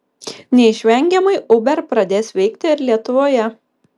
neišvengiamai uber pradės veikti ir lietuvoje